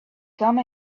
come